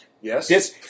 Yes